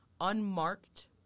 unmarked